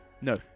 No